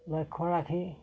লক্ষ্য ৰাখি